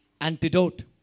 Antidote